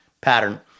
pattern